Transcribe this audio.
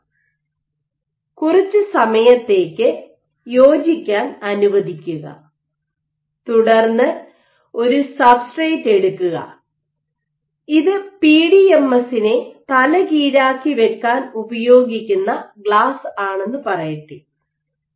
ശേഷം കുറച്ച് സമയത്തേക്ക് യോജിക്കാൻ അനുവദിക്കുക തുടർന്ന് ഒരു സബ്സ്ട്രേറ്റ് എടുക്കുക ഇത് പിഡിഎംഎസിനെ തലകീഴാക്കി വെക്കാൻ ഉപയോഗിക്കുന്ന ഗ്ലാസ് ആണെന്ന് പറയട്ടെ